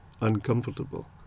uncomfortable